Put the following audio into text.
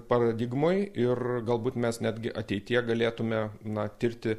paradigmoj ir galbūt mes netgi ateityje galėtume na tirti